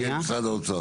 כן, משרד האוצר.